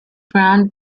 brown